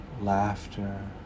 laughter